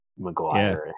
McGuire